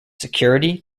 security